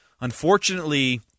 Unfortunately